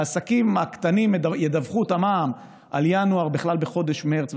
העסקים הקטנים ידווחו את המע"מ על ינואר בכלל בחודש מרץ,